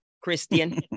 Christian